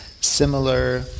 similar